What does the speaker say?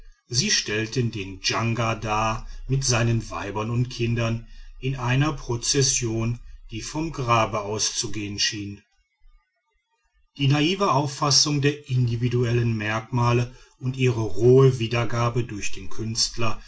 sie stellten den janga dar mit seinen weibern und kindern in einer prozession die vom grabe auszugehen schien grabmal des stammesältesten janga die naive auffassung der individuellen merkmale und ihre rohe wiedergabe durch den künstler